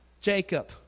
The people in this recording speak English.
Jacob